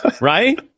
Right